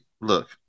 look